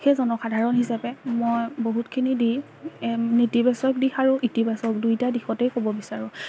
সেই জনসাধাৰণ হিচাপে মই বহুতখিনি দিশ নেতিবাচক দিশ আৰু ইতিবাচক দুয়োটা দিশতেই ক'ব বিচাৰোঁ